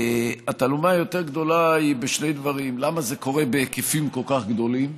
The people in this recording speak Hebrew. התעלומה היותר-גדולה היא בשני דברים: למה זה קורה בהיקפים כל כך גדולים?